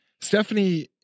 Stephanie